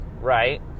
right